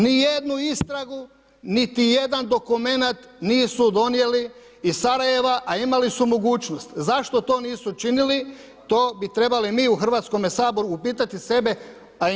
Nijednu istragu niti jedan dokumenat nisu donijeli iz Sarajeva a imali su mogućnost zašto to nisu učinili, to bi trebali mi u Hrvatskome saboru upitati sebe a i njih.